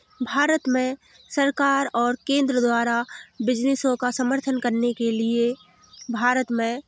भारत में सरकार और केंद्र द्वारा बिज़नेसों का समर्थन करने के लिए भारत में